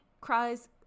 cries